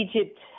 Egypt